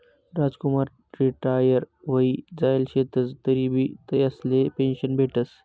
Ramkumar retire व्हयी जायेल शेतंस तरीबी त्यासले पेंशन भेटस